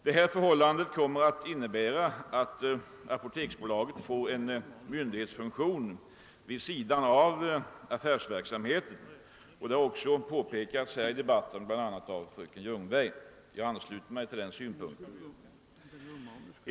Detta förhållande kommer att innebära att apoteksbolaget får en myndighetsfunktion vid sidan av affärsverksamheten. Detta har påpekats i debatten bl.a. av fröken Ljungberg, och jag ansluter mig till de synpunkter hon anfört.